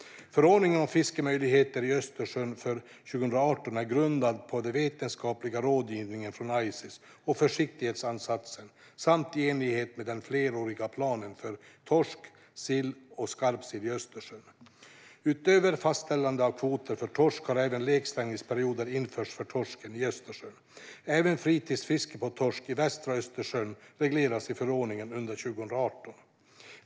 Förordningen om fiskemöjligheter i Östersjön för 2018 är grundad på den vetenskapliga rådgivningen från Ices och försiktighetsansatsen samt i enlighet med den fleråriga planen för torsk, sill och skarpsill i Östersjön. Utöver fastställande av kvoter för torsk har även lekstängningsperioder införts för torsken i Östersjön. Även fritidsfiske på torsk i västra Östersjön regleras i förordningen under 2018.